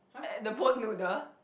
at the boat noodle